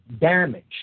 damage